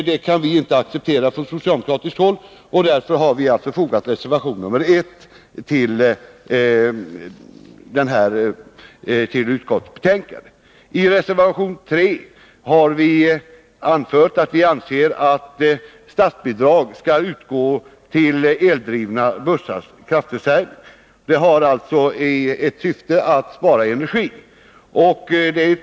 Det kan vi inte acceptera från socialdemokratiskt håll. I reservation 3 anför vi att vi anser att statsbidrag skall utgå till eldrivna bussars kraftförsörjning. Detta har till syfte att spara energi.